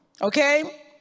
Okay